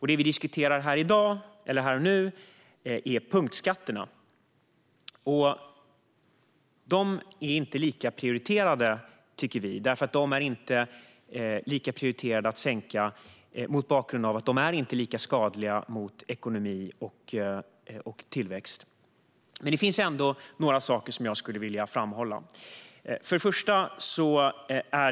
Det vi diskuterar nu är punktskatter, och de är inte lika prioriterade att sänka eftersom de inte är lika skadliga för ekonomi och tillväxt. Jag vill dock framhålla några saker.